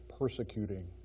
persecuting